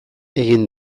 egin